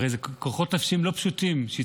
הרי זה כוחות נפשיים לא פשוטים שהיא